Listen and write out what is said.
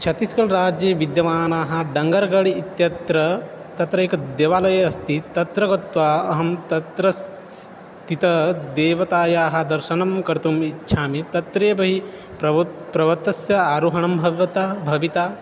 छत्तीस्गढ् राज्ये विद्यमानाः डङ्गर्गढ् इत्यत्र तत्र एकः देवालयः अस्ति तत्र गत्वा अहं तत्र स्थित देवतायाः दर्शनं कर्तुम् इच्छामि तत्रे बहिः प्रवृत् पर्वतस्य आरोहणं भावितं भावितम्